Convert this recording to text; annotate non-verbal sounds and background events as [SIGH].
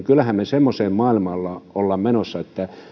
[UNINTELLIGIBLE] kyllähän me semmoiseen maailmaan olemme menossa että